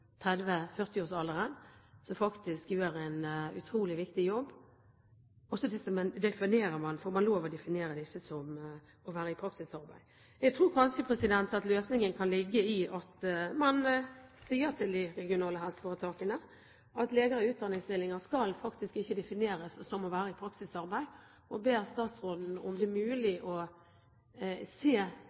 faktisk gjør en utrolig viktig jobb, og så får man lov til å definere disse som å være i praksisarbeid. Jeg tror kanskje at løsningen kan ligge i at man sier til de regionale helseforetakene at leger i utdanningsstillinger faktisk ikke skal defineres som å være i praksisarbeid, og spør statsråden om det er mulig å se